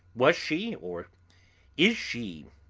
was she, or is she,